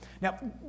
Now